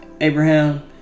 Abraham